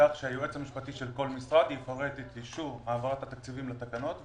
כך שהיועץ המשפטי של כל משרד יפרט את אישור העברת התקציבים לתקנות.